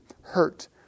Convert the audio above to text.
hurt